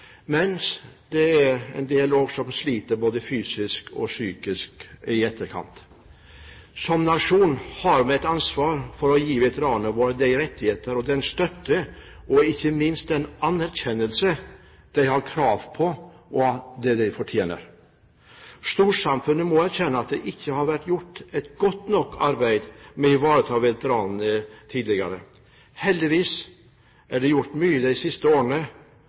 mens det også er en del som sliter både fysisk og psykisk i etterkant. Som nasjon har vi et ansvar for å gi veteranene våre de rettigheter og den støtte og ikke minst den anerkjennelse de har krav på og fortjener. Storsamfunnet må erkjenne at det ikke har vært gjort et godt nok arbeid med å ivareta veteranene tidligere. Heldigvis er det gjort mye de siste årene, og det bør også gjøres mer, som ministeren sa i stad. De siste årene